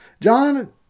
John